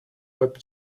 web